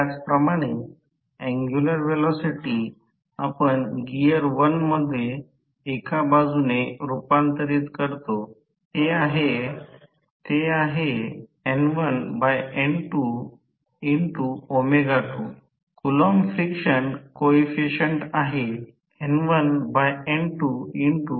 त्याचप्रमाणे angular velocity आपण gear 1 मध्ये एका बाजूने रूपांतरित करतो ते आहे N1N22 कुलॉंम फ्रिक्शन कोइफिसिएंट आहे N1N2Fc222